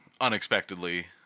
unexpectedly